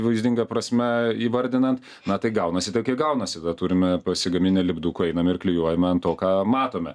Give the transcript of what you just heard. vaizdinga prasme įvardinant na tai gaunasi taip kaip gaunasi dar turime pasigaminę lipdukų einam ir klijuojam ant to ką matome